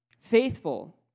faithful